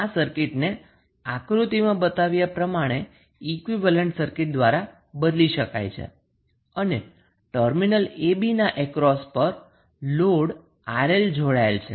તેથી આ સર્કિટને આકૃતિમાં બતાવ્યા પ્રમાણે ઈક્વીવેલેન્ટ સર્કિટ દ્વારા બદલી શકાય છે અને ટર્મિનલ abના અક્રોસ પર લોડ 𝑅𝐿 પર જોડાયેલ છે